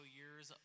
years